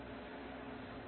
হ্যাঁ